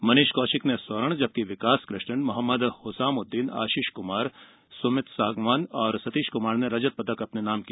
मनीष कौशिक ने स्वर्ण विकास कृष्ण मोहम्मद हुसामुद्दीन आशिष कुमार सुमी सांगवान और सतीश कुमार ने रजत पदक अपने नाम किया